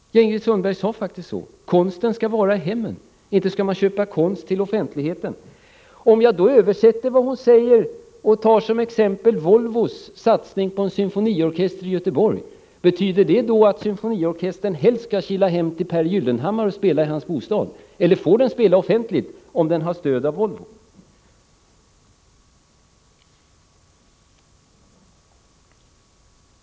Ingrid Sundberg sade faktiskt: Konsten skall vara i hemmen. Inte skall man köpa konst till offentligheten! Jag översätter vad hon säger till en annan kulturform och tar som exempel Volvos satsning på en symfoniorkester i Göteborg. Skall symfoniorkestern helst kila hem till Pehr Gyllenhammar och spela i hans bostad, eller får den spela offentligt om den har stöd av Volvo?